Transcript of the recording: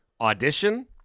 audition